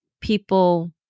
people